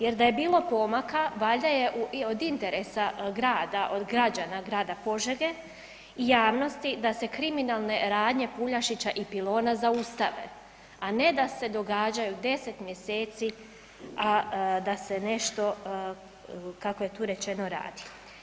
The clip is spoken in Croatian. Jer da je bilo pomaka valjda je od interesa grada od građana grada Požege i javnosti da se kriminalne radnje Puljašića i Pilona zaustave, a ne da se događaju 10 mjeseci, a da se nešto kako je tu rečeno radi.